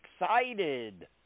excited